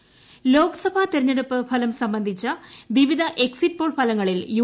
exit poll Lok Sabha തിരഞ്ഞെടുപ്പ് ഫലം സംബന്ധിച്ച വിവിധ എക്സിറ്റ് പോൾ ഫലങ്ങളിൽ യു